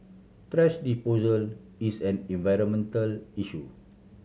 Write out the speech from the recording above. thrash disposal is an environmental issue